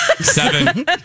Seven